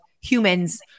humans